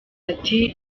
ati